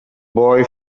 boy